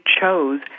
chose